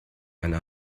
eine